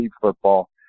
football